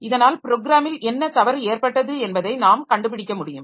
இதனால் ப்ரோக்ராமில் என்ன தவறு ஏற்பட்டது என்பதை நாம் கண்டுபிடிக்க முடியும்